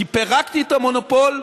כי פירקתי את המונופול,